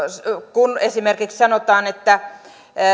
kun esimerkiksi sanotaan että